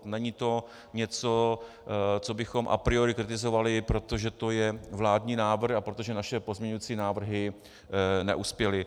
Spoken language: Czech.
Není to něco, co bychom a priori kritizovali, protože to je vládní návrh a protože naše pozměňovací návrhy neuspěly.